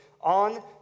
on